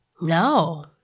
No